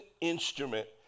instrument